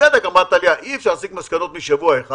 אמרת לי, ובצדק, שאי אפשר להסיק מסקנות משבוע אחד